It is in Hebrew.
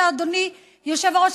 אדוני היושב-ראש,